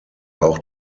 auch